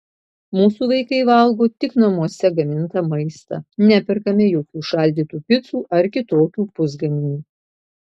mūsų vaikai valgo tik namuose gamintą maistą neperkame jokių šaldytų picų ar kitokių pusgaminių